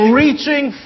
reaching